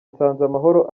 nsanzamahoro